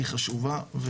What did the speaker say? היא חשובה,